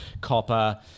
copper